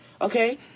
Okay